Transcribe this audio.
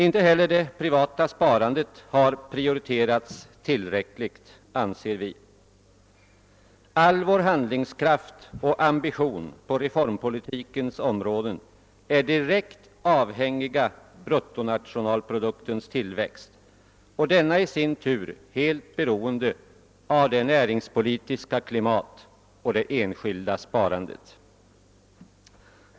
Inte heller det privata sparandet har prioriterats tillräckligt, anser vi. All handlingskraft och ambition på reformpolitikens område är direkt avhängiga bruttonationalproduktens tillväxt, och denna i sin tur är helt beroende av det näringspolitiska klimatet och det enskilda sparandet.